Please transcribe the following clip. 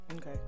Okay